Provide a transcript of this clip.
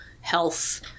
health